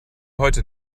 heute